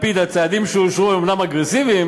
לפיד: הצעדים שאושרו הם אומנם אגרסיביים,